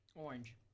Orange